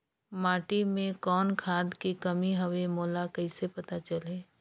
माटी मे कौन खाद के कमी हवे मोला कइसे पता चलही?